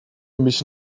mich